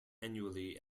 annually